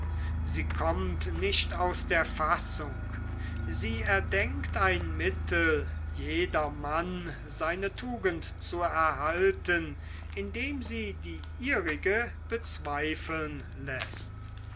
sie kommt nicht aus der fassung sie erdenkt ein mittel jedermann seine tugend zu erhalten indem sie die ihrige bezweifeln läßt